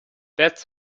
that’s